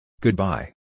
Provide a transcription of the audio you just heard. Goodbye